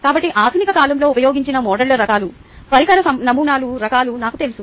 కాబట్టి ఆధునిక కాలంలో ఉపయోగించిన మోడళ్ల రకాలు పరికర నమూనాల రకాలు నాకు తెలుసు